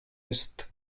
jest